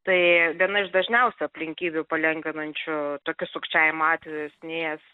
tai viena iš dažniausių aplinkybių palengvinančių tokius sukčiavimo atvejus nes